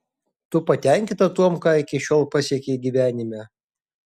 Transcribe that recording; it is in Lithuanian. tu patenkinta tuom ką iki šiol pasiekei gyvenime